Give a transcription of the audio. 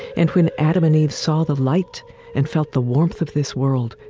and when adam and eve saw the light and felt the warmth of this world,